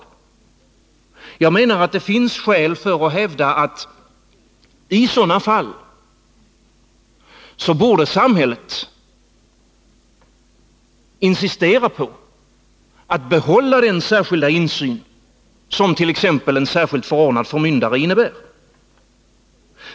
Jag menar att det finns skäl att hävda att samhället i sådana fall borde behålla den särskilda insyn som t.ex. en särskilt förordnad förmyndare innebär.